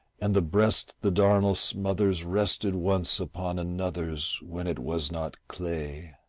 and the breast the darnel smothers rested once upon another's when it was not clay.